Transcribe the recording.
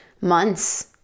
months